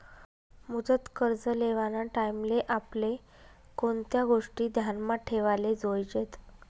मुदत कर्ज लेवाना टाईमले आपले कोणत्या गोष्टी ध्यानमा ठेवाले जोयजेत